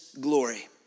glory